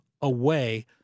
away